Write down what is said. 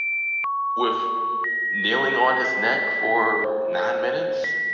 with kneeling on his neck for nine minutes,